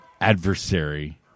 adversary